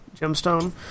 gemstone